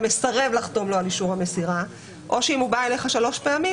מסרב לחתום לו על אישור המסירה או שאם הוא בא אליך שלוש פעמים,